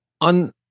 on